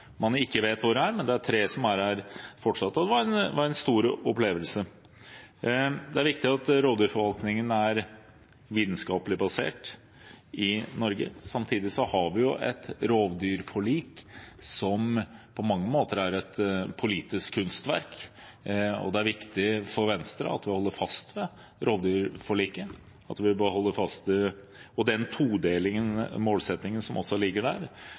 man ikke vet hvor er, men det er tre som er der fortsatt. Det var en stor opplevelse. Det er viktig at rovdyrforvaltningen er vitenskapelig basert i Norge. Samtidig har vi et rovdyrforlik, som på mange måter er et politisk kunstverk. Det er viktig for Venstre at vi holder fast ved rovdyrforliket og den todelte målsettingen som også ligger der,